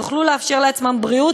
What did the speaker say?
יוכלו לאפשר לעצמם בריאות,